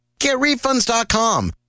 GetRefunds.com